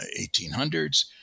1800s